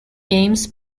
games